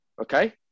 Okay